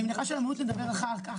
אני מניחה שעל המהות נדבר אחר כך,